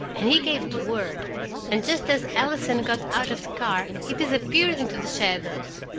and he gave the word and just as allison got out of the car he disappeared into the shadows.